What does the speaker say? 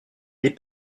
n’est